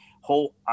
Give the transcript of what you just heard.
whole